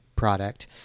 product